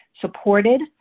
supported